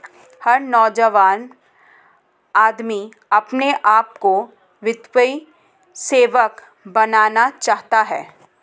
हर नौजवान आदमी अपने आप को वित्तीय सेवक बनाना चाहता है